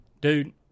dude